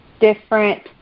different